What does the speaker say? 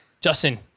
Justin